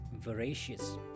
voracious